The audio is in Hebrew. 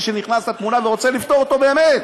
שנכנס לתמונה ורוצה לפתור אותו באמת.